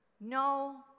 no